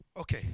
Okay